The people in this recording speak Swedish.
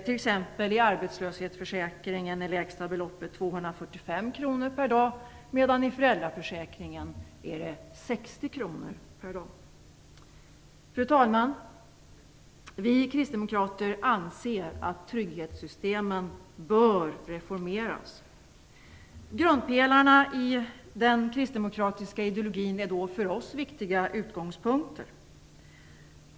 I arbetslöshetsförsäkringen är t.ex. lägsta beloppet 245 kr per dag medan det i föräldraförsäkringen är 60 kr per dag. Fru talman! Vi kristdemokrater anser att trygghetssystemen bör reformeras. Grundpelarna i den kristdemokratiska ideologin är då för oss viktiga utgångspunkter.